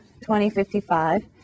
2055